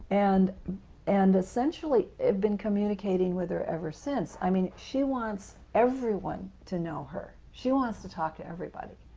and and essentially have been communicating with her ever since. i mean, she wants everyone to know her. she wants to talk to everybody.